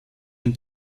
dem